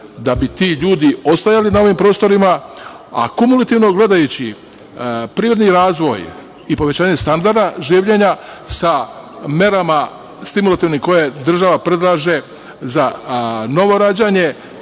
da bi ti ljudi ostajali na ovim prostorima, a kumulativno gledajući, privredni razvoj i povećanje standarda, življenja sa merama stimulativnim koje država predlaže za novo rađanje.